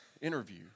interview